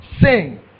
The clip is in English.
sing